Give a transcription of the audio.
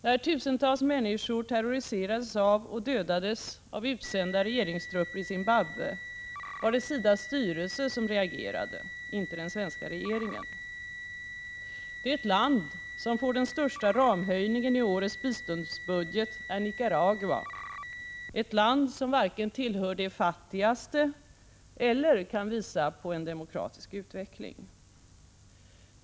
När tusentals människor terroriserades och dödades av utsända regeringstrupper i Zimbabwe var det SIDA:s styrelse som reagerade, inte den svenska regeringen. Det land som får den största ramhöjningen i årets biståndsbudget är Nicaragua, ett land som varken tillhör de fattigaste eller kan visa på en demokratisk utveckling.